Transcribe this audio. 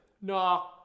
no